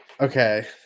okay